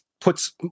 puts